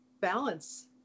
balance